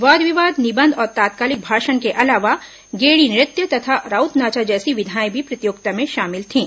वाद विवाद निबंध और तत्कालिक भाषण के अलावा गेड़ी नृत्य तथा राउत नाचा जैसी विधाएं भी प्रतियोगिता में शामिल थीं